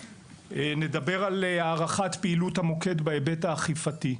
נדבר על הארכת פעילות המוקד בהיבט האכפתי.